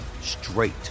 straight